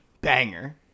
banger